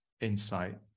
insight